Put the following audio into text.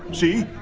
see.